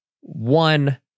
one